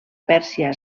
pèrsia